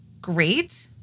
great